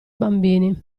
bambini